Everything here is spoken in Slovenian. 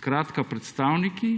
Skratka, predstavniki